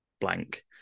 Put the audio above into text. blank